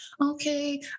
okay